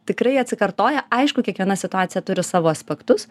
tikrai atsikartoja aišku kiekviena situacija turi savo aspektus